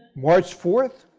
march four,